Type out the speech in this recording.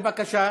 בבקשה.